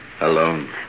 alone